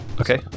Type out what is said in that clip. Okay